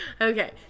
Okay